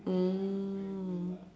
mm